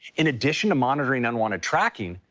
in addition to monitoring unwanted tracking,